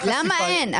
למה אין?